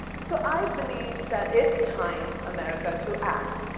so i believe that it's time, america to act.